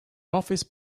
office